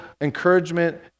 encouragement